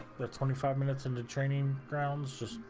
the twenty five minutes and training grounds